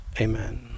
Amen